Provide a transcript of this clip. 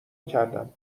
کردم